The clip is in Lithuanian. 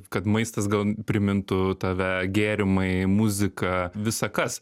kad maistas gal primintų tave gėrimai muzika visa kas